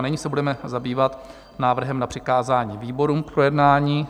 Nyní se budeme zabývat návrhem na přikázání výborům k projednání.